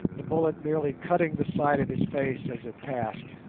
the bullet merely cutting the side of his face as it passed.